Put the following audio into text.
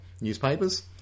newspapers